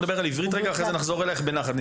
בואו נדבר על עברית ונחזור אלייך בנחת.